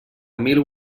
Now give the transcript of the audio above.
mil